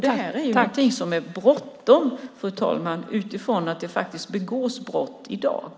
Det här är någonting som är bråttom, fru talman, eftersom det faktiskt begås brott i dag.